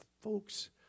Folks